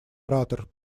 оратор